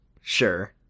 Sure